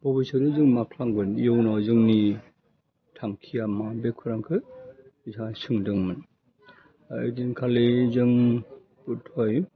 अबसरे जों मा खालामगोन इयुनाव जोंनि थांखिया मा बे खरांखो बिथांआ सोंदोंमोन ओइदिनखालि जों बधय